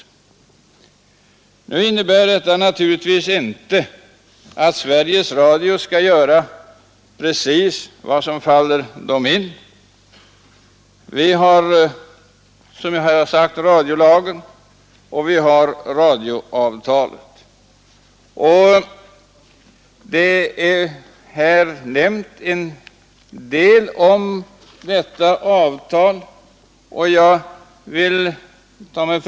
Detta innebär naturligtvis inte att Sveriges Radio skall göra precis vad som faller dem in. Det finns en radiolag och ett avtal mellan staten och Sveriges Radio.